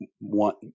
want